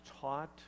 taught